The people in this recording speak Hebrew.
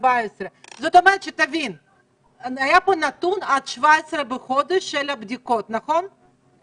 יש פה את הנתונים של הבדיקות עד ה-17 לאוקטובר,